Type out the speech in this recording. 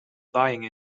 buying